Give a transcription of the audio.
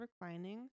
reclining